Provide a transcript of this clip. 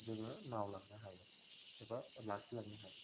जोङो मावलांनो हायो एबा लाखिलांनो हायो